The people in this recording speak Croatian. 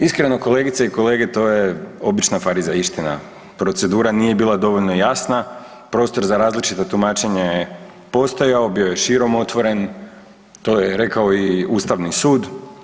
Iskreno, kolegice i kolege to je obična farizejština, procedura nije bila dovoljno jasna, prostor za različito tumačenje je postojao, bio je širom otvoren, to je rekao i Ustavni sud.